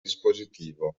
dispositivo